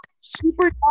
super